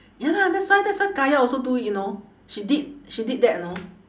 ya lah that's why that's why kaya also do it you know she did she did that you know